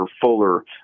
Fuller